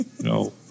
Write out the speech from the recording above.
No